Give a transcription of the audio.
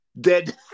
Dead